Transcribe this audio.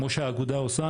כמו שהאגודה עושה,